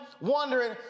wondering